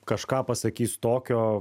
kažką pasakys tokio